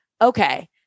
okay